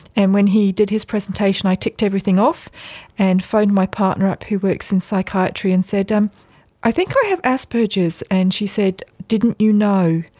and when he did his presentation i ticked everything off and phoned my partner up who works in psychiatry and said, um i think i have asperger's. and she said, didn't you know?